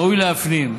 ראוי להפנים,